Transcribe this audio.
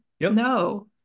No